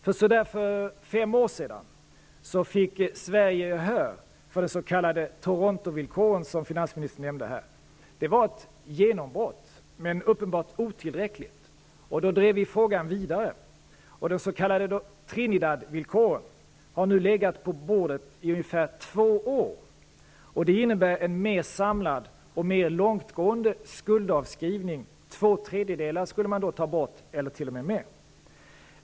För så där fem år sedan fick Sverige gehör för de s.k. Torontovillkoren, som finansministern nämnde här. Det var ett genombrott men uppenbart otillräckligt, och då drev vi frågan vidare. De s.k. Trinidadvillkoren har nu legat på bordet i ungefär två år. Dessa innebär en mer samlad och mer långtgående skuldavskrivning. Två tredjedelar skulle man då ta bort eller t.o.m. mer.